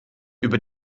über